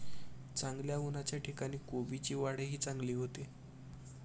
चांगल्या उन्हाच्या ठिकाणी कोबीची वाढही चांगली होते